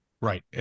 Right